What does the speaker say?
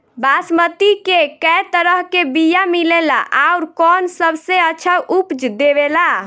बासमती के कै तरह के बीया मिलेला आउर कौन सबसे अच्छा उपज देवेला?